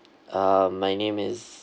um my name is